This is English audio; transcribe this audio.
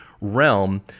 realm